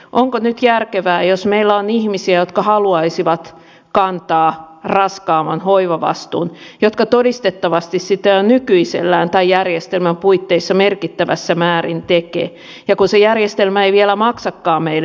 onko nyt järkevää ja meillä tässä tilanteessa varaa siihen jos meillä on ihmisiä jotka haluaisivat kantaa raskaamman hoivavastuun ja jotka todistettavasti sitä jo nykyisellään tämän järjestelmän puitteissa merkittävässä määrin tekevät ja kun se järjestelmä ei vielä maksakaan meille